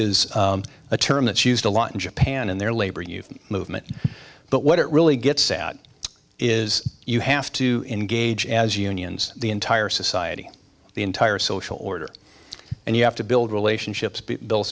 is a term that's used a lot in japan in their labor youth movement but what it really gets at is you have to engage as unions the entire society the entire social order and you have to build relationships